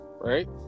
right